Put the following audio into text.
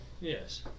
Yes